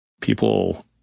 People